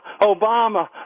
Obama